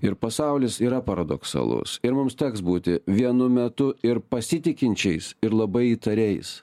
ir pasaulis yra paradoksalus ir mums teks būti vienu metu ir pasitikinčiais ir labai įtariais